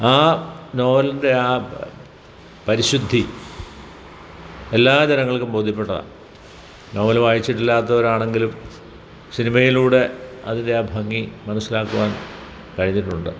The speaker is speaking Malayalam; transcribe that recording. ആ നോവലിൻ്റെ ആ പരിശുദ്ധി എല്ലാ ജനങ്ങൾക്കും ബോധ്യപ്പെട്ടതാണ് നോവല് വായിച്ചിട്ടില്ലാത്തവരാണങ്കിലും സിനിമയിലൂടെ അതിൻ്റെ ആ ഭംഗി മനസ്സിലാക്കുവാൻ കഴിഞ്ഞിട്ടുണ്ട്